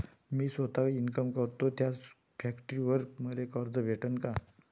मी सौता इनकाम करतो थ्या फॅक्टरीवर मले कर्ज भेटन का?